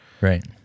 Right